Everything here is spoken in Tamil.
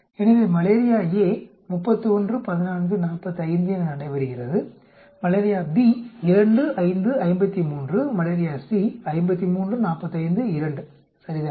எனவே மலேரியா A 31 14 45 என நடைபெறுகிறது மலேரியா B 2 5 53 மலேரியா C 53 45 2 சரிதானே